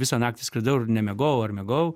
visą naktį skridau ir nemiegojau ar miegojau